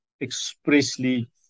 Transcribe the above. expressly